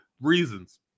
Reasons